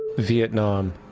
vietnam.